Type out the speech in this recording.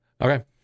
Okay